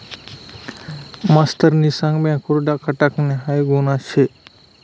मास्तरनी सांग बँक वर डाखा टाकनं हाऊ गुन्हा शे